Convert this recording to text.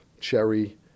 cherry